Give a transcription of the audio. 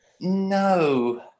No